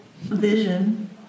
vision